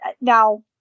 Now